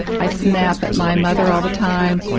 i snap at my mother all the time,